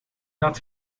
dat